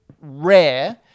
rare